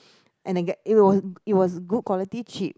and again it was it was good quality cheap